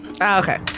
Okay